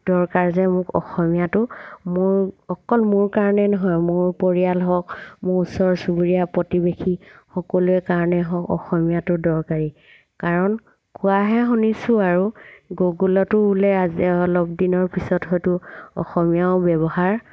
দৰকাৰ যে মোক অসমীয়াটো মোৰ অকল মোৰ কাৰণে নহয় মোৰ পৰিয়াল হওক মোৰ ওচৰ চুবুৰীয়া প্ৰতিবেশী সকলোৱে কাৰণেই হওক অসমীয়াটো দৰকাৰী কাৰণ কোৱাহে শুনিছোঁ আৰু গুগলতো বোলে আজি অলপ দিনৰ পিছত হয়তো অসমীয়াও ব্যৱহাৰ